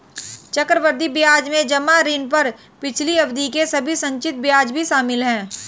चक्रवृद्धि ब्याज में जमा ऋण पर पिछली अवधि के सभी संचित ब्याज भी शामिल हैं